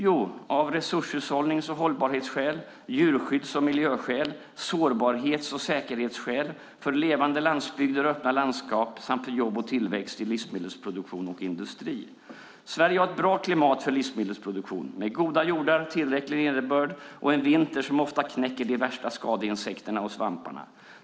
Jo, av resurshushållnings och hållbarhetsskäl, djurskydds och miljöskäl, sårbarhets och säkerhetsskäl, för levande landsbygder och öppna landskap samt för jobb och tillväxt i livsmedelsproduktion och industri. Sverige har ett bra klimat för livsmedelsproduktion med goda jordar, tillräcklig nederbörd och en vinter som ofta knäcker de värsta skadeinsekterna och skadesvamparna.